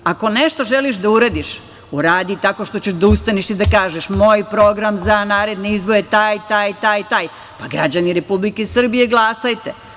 Ako nešto želiš da uradiš, uradi tako što ćeš da ustaneš i kaže moj program za naredne izbore taj, taj i taj, pa, građani Republike Srbije glasajte.